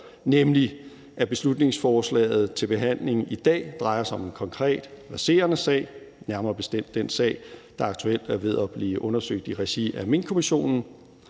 nemlig at beslutningsforslaget til behandling i dag drejer sig om en konkret, verserende sag, nærmere bestemt den sag, der aktuelt er ved at blive undersøgt i regi af Minkkommissionen.